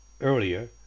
earlier